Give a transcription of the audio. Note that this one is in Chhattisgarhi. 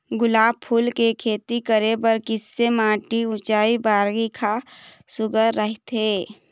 गुलाब फूल के खेती करे बर किसे माटी ऊंचाई बारिखा सुघ्घर राइथे?